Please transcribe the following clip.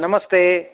नमस्ते